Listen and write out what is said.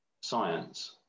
science